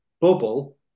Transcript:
bubble